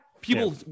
people